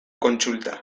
kontsulta